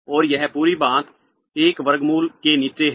और यह पूरी बात एक वर्गमूल के नीचे है